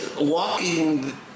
walking